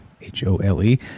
H-O-L-E